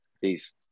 Peace